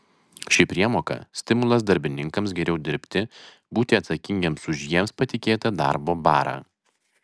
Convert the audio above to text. ši priemoka stimulas darbininkams geriau dirbti būti atsakingiems už jiems patikėtą darbo barą